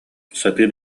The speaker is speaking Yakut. сатыы